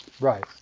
Right